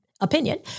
Opinion